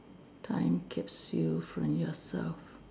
time capsule from yourself